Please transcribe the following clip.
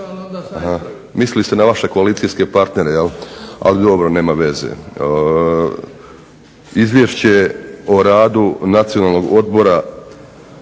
Mislili ste na vaše koalicijske partnere jel, ali dobro, nema veze. Izvješće o radu Nacionalnog odbora